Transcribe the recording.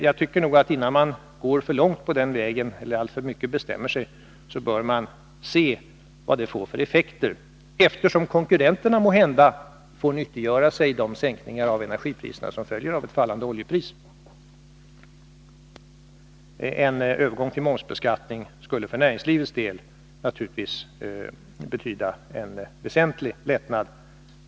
Jag tycker att man, innan man går för långt på den vägen och innan man alltför mycket bestämmer sig, bör se vilka effekter detta får, eftersom konkurrenterna måhända får nyttiggöra sig de sänkningar av energipriserna som följer av ett fallande oljepris. En övergång till momsbeskattning skulle för näringslivets del naturligtvis betyda en väsentlig lättnad.